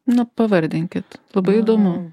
na pavardinkit labai įdomu